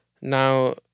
now